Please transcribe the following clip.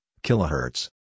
Kilohertz